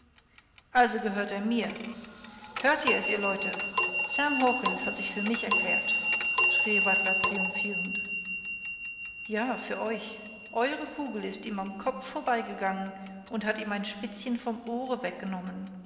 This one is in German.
also gehört er mir hört ihr es ihr leute sam hawkens hat sich für mich erklärt schrie rattler triumphierend ja für euch eure kugel ist ihm am kopf vorbeigegangen und hat ihm ein spitzchen vom ohre weggenommen